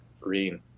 green